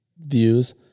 views